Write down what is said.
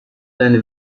deine